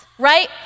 right